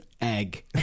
Egg